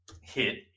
hit